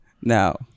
Now